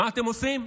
מה אתם עושים?